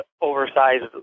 oversized